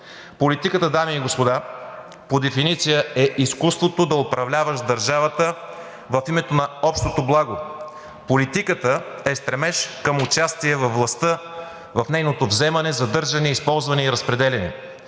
Политиката, дами и господа, по дефиниция е изкуството да управляваш държавата в името на общото благо. Политиката е стремеж към участие във властта, в нейното вземане, задържане, използване и разпределяне.